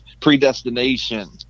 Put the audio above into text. predestination